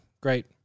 Great